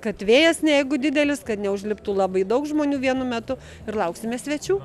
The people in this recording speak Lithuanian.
kad vėjas ne jeigu didelis kad neužliptų labai daug žmonių vienu metu ir lauksime svečių